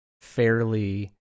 fairly